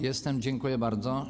Jestem, dziękuję bardzo.